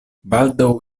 baldaŭ